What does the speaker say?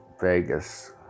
Vegas